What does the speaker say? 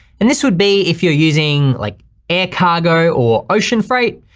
and this would be if you're using like air cargo or ocean freight,